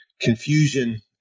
confusion